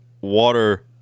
water